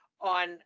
on